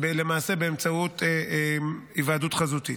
למעשה, באמצעות היוועדות חזותית.